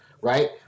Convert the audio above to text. right